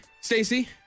Stacey